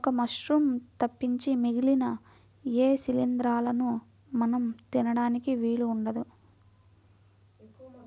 ఒక్క మశ్రూమ్స్ తప్పించి మిగిలిన ఏ శిలీంద్రాలనూ మనం తినడానికి వీలు ఉండదు